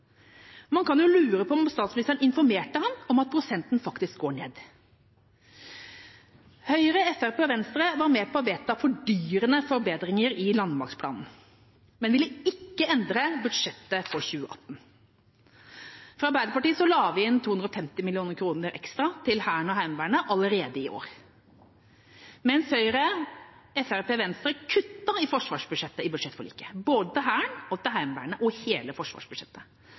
Man kan jo lure på om statsministeren informerte ham om at prosenten faktisk går ned. Høyre, Fremskrittspartiet og Venstre var med på å vedta fordyrende forbedringer i landmaktsplanen, men de ville ikke endre budsjettet for 2018. Arbeiderpartiet la inn 250 mill. kr ekstra til Hæren og Heimevernet allerede i år, mens Høyre, Fremskrittspartiet og Venstre kuttet i forsvarsbudsjettet i budsjettforliket – både til Hæren og til Heimevernet og i hele forsvarsbudsjettet.